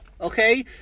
okay